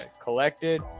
collected